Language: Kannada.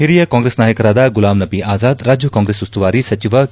ಹಿರಿಯ ಕಾಂಗ್ರೆಸ್ ನಾಯಕರಾದ ಗುಲಾಂ ನಬಿ ಅಜಾದ್ ರಾಜ್ಯ ಕಾಂಗ್ರೆಸ್ ಉಸ್ತುವಾರಿ ಸಚಿವ ಕೆ